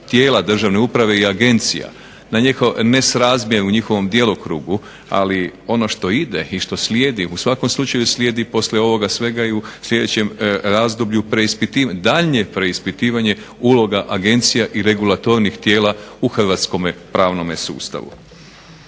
tijela državne uprave i agencija na njihov nerazmjer u njihovom djelokrugu, ali ono što ide i što slijedi u svakom slučaju slijedi poslije ovog svega i u sljedećem razdoblju daljnje preispitivanje uloga agencija i regulatornih tijela u hrvatskome pravnome sustavu.